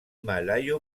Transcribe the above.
malayo